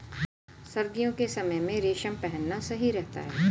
सर्दियों के समय में रेशम पहनना सही रहता है